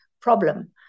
problem